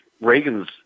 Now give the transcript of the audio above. Reagan's